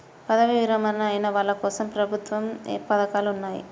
పదవీ విరమణ అయిన వాళ్లకోసం ఏ ప్రభుత్వ పథకాలు ఉన్నాయి?